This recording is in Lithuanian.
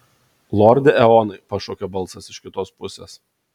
lorde eonai pašaukė balsas iš kitos pusės